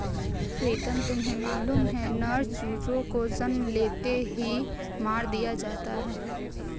प्रीतम तुम्हें मालूम है नर चूजों को जन्म लेते ही मार दिया जाता है